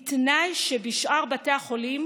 בתנאי שבשאר בתי החולים